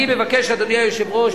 אני מבקש, אדוני היושב-ראש,